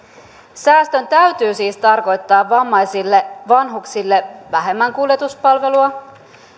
säästön täytyy siis tarkoittaa vammaisille vanhuksille vähemmän kuljetuspalvelua